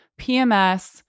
PMS